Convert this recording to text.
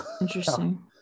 interesting